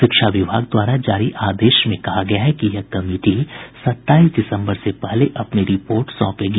शिक्षा विभाग द्वारा जारी आदेश में कहा गया है कि यह कमिटी सत्ताईस दिसम्बर से पहले अपनी रिपोर्ट सौंपेगी